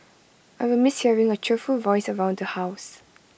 I will miss hearing her cheerful voice around the house